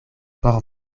por